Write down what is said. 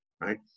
right